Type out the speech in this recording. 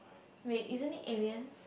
wait isn't it aliens